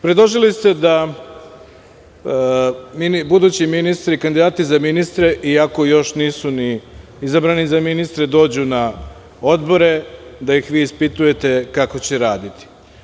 Predložili ste da budući ministri, kandidati za ministre, iako još nisu izabrani za ministre, da dođu na odbore da ih vi ispitujete kako će raditi.